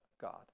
God